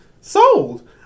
Sold